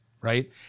right